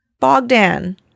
Bogdan